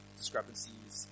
discrepancies